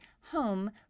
home